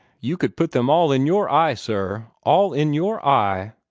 you could put them all in your eye, sir all in your eye!